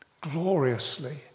gloriously